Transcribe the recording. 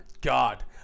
God